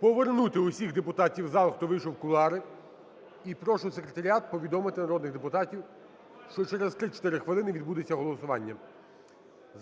повернути всіх депутатів в зал, хто вийшов в кулуари, і прошу секретаріат повідомити народних депутатів, що через 3-4 хвилини відбудеться голосування.